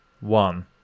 one